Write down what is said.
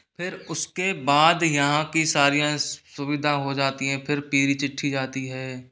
फिर उसके बाद यहाँ की सारी सुविधा हो जाती है फिर पीली चिट्ठी जाती है